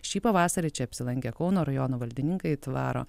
šį pavasarį čia apsilankę kauno rajono valdininkai dvaro